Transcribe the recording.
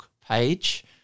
page